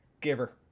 Giver